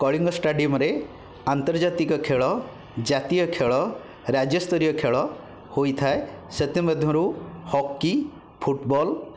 କଳିଙ୍ଗ ଷ୍ଟାଡ଼ିୟମ୍ରେ ଆନ୍ତର୍ଜାତିକ ଖେଳ ଜାତୀୟ ଖେଳ ରାଜ୍ୟସ୍ତରୀୟ ଖେଳ ହୋଇଥାଏ ସେଥିମଧ୍ୟରୁ ହକି ଫୁଟବଲ୍